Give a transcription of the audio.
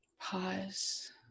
Pause